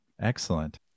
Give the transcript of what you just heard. Excellent